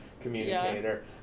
communicator